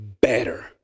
better